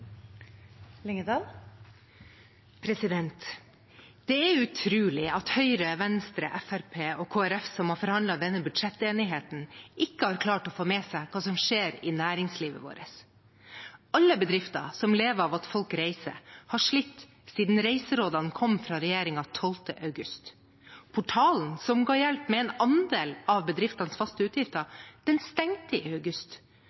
utrolig at Høyre, Venstre, Fremskrittspartiet og Kristelig Folkeparti, som har forhandlet fram denne budsjettenigheten, ikke har klart å få med seg hva som skjer i næringslivet vårt. Alle bedrifter som lever av at folk reiser, har slitt siden reiserådene kom fra regjeringen 12. august. Portalen som ga hjelp med en andel av bedriftenes faste utgifter, stengte i august.